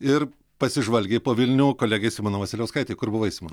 ir pasižvalgė po vilnių kolegė simona vasiliauskaitė kur buvai simon